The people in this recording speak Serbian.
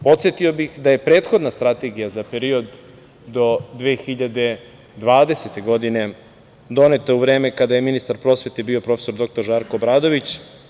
Podsetio bih da je prethodna strategija za period do 2020. godine doneta u vreme kada je ministar prosvete bio profesor dr Žarko Obradović.